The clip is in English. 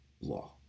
law